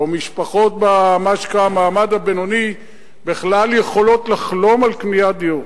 או שמשפחות במה שנקרא המעמד הבינוני בכלל יכולות לחלום על קניית דירה.